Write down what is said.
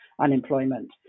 unemployment